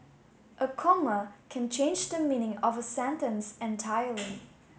a comma can change the meaning of a sentence entirely